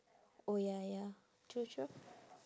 oh ya ya true sure